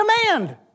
command